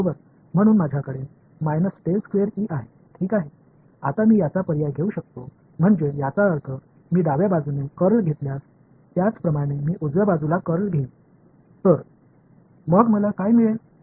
இப்போது இதை நான் மாற்ற முடியும் அதாவது நான் இடது புறத்தில் கர்ல் எடுத்தேன் அதேபோல் வலது புறத்திலும் கர்ல்எடுப்பேன்